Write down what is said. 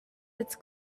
its